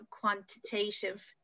quantitative